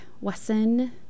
Wesson